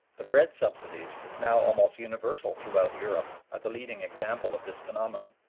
the bread subsidies, now almost universal throughout europe, are the leading example of this phenomenon.